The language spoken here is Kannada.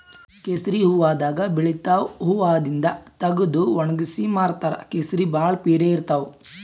ಕೇಸರಿ ಹೂವಾದಾಗ್ ಬೆಳಿತಾವ್ ಹೂವಾದಿಂದ್ ತಗದು ವಣಗ್ಸಿ ಮಾರ್ತಾರ್ ಕೇಸರಿ ಭಾಳ್ ಪಿರೆ ಇರ್ತವ್